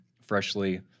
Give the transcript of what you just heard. freshly